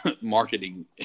marketing